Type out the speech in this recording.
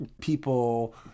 people